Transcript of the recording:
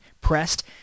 pressed